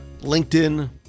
LinkedIn